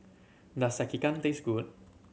does Sekihan taste good